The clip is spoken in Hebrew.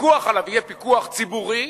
הפיקוח עליו יהיה פיקוח ציבורי,